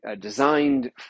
designed